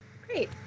Great